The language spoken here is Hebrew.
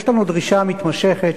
יש לנו דרישה מתמשכת,